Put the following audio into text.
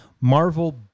Marvel